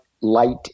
light